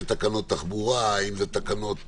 תקנות תחבורה, תקנות